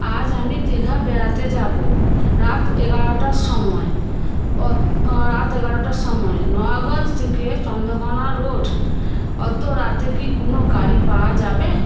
আজ আমি দীঘা বেড়াতে যাবো রাত এগারোটার সময় রাত এগারোটার সময় নোয়াগঞ্জ থেকে চন্দ্রকোনা রোড অত রাতে কি কোনো গাড়ি পাওয়া যাবে